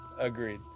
agreed